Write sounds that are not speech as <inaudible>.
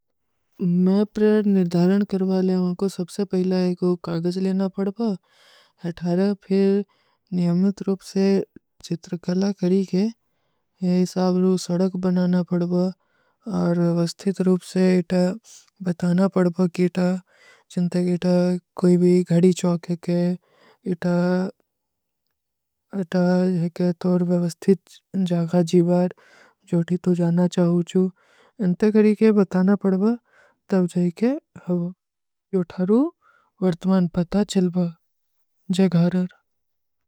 ମୈପ୍ରେଡ ନିର୍ଧାରନ କରଵା ଲେଂଗୋ, ସବସେ ପହିଲା ଏକ କାଗଜ ଲେନା ପଡବା। ଅଥାରା ଫିର ନିଯମତ ରୂପ ସେ ଚିତ୍ରକଲା କରୀ କେ ଯେ ହିସାବରୂ ସଡଗ ବନାନା ପଡବା। ଔର ଵସ୍ତିତ ରୂପ ସେ ଇତା ବତାନା ପଡବା କି ଇତା ଚିଂତେ କି ଇତା କୋଈ ଭୀ ଗଡୀ ଚୌକ ହୈ କେ ଇତା <hesitation> ଏକ ତୋର ବଵସ୍ତିତ ଜାଗା ଜୀଵାର ଜୋଡୀ ତୋ ଜାନା ଚାହୂଁ ଚୂ। ଅଂତେ କରୀ କେ ବତାନା ପଡବା ତଵ ଜାଈ କେ ହଵା। ଯୋ ଥାରୂ ଵର୍ତମାନ ପତା ଚିଲବା। ଜେଗହରର।